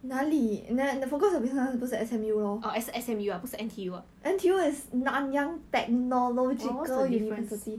orh 是 S_M_U ah 不是 N_T_U ah what's the difference